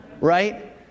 Right